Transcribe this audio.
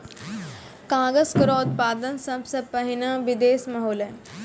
कागज केरो उत्पादन सबसें पहिने बिदेस म होलै